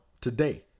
today